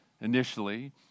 initially